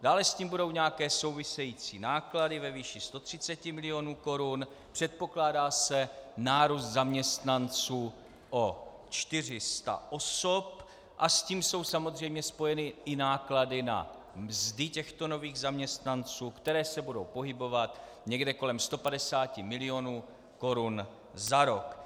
Dále s tím budou nějaké související náklady ve výši 130 mil. korun, předpokládá se nárůst zaměstnanců o 400 osob a s tím jsou samozřejmě spojeny i náklady na mzdy těchto nových zaměstnanců, které se budou pohybovat někde kolem 150 mil. korun za rok.